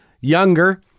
younger